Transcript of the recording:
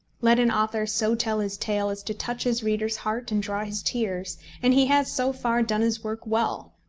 let an author so tell his tale as to touch his reader's heart and draw his tears, and he has, so far, done his work well.